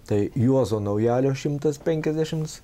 tai juozo naujalio šimtas penkiasdešimts